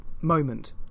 Moment